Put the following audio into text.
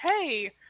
hey